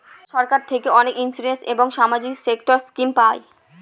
সরকার থেকে অনেক ইন্সুরেন্স এবং সামাজিক সেক্টর স্কিম পায়